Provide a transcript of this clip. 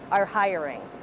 are hiring.